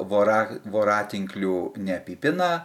vora voratinkliu neapipina